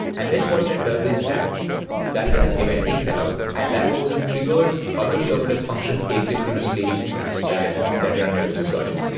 and then what that does is that that has an eventing setup and that goes in triggers other serverless functions asynchronously that that run your business logic.